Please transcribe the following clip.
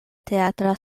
teatra